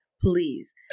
Please